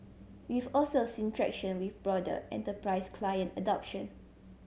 we've also seen traction with broader enterprise client adoption